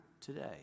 today